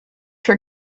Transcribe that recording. your